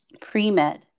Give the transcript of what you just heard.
pre-med